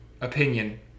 opinion